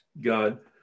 God